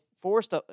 forced